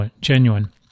genuine